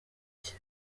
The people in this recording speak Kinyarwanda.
cye